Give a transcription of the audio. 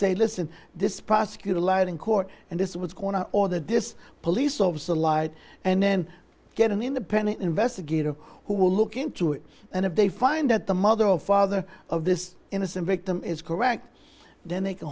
say listen this prosecutor lied in court and this was going on or that this police officer lied and then get an independent investigator who will look into it and if they find that the mother or father of this innocent victim is correct then they can